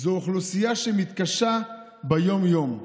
אוכלוסייה שמתקשה ביום-יום,